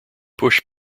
push